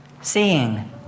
seeing